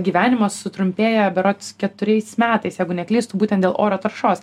gyvenimas sutrumpėja berods keturiais metais jeigu neklystu būtent dėl oro taršos